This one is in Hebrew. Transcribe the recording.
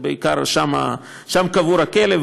בעיקר שם קבור הכלב,